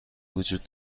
وجود